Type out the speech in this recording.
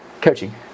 coaching